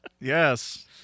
Yes